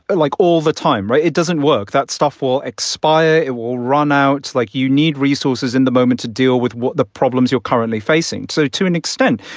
but like all the time. right. it doesn't work. that stuff will expire. it will run out like you need resources in the moment to deal with the problems you're currently facing. so to an extent,